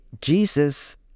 Jesus